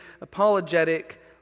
apologetic